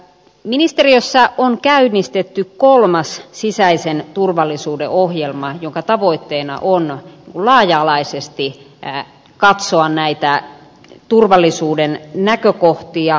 ministeriössä on käynnistetty kolmas sisäisen turvallisuuden ohjelma jonka tavoitteena on laaja alaisesti katsoa näitä turvallisuuden näkökohtia